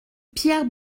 pierre